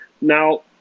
Now